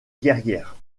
guerrière